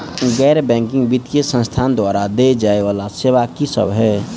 गैर बैंकिंग वित्तीय संस्थान द्वारा देय जाए वला सेवा की सब है?